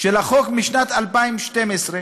של החוק משנת 2012,